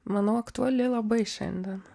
manau aktuali labai šiandien